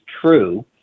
true